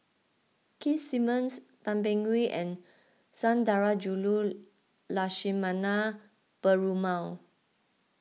Keith Simmons Tan Beng Swee and Sundarajulu Lakshmana Perumal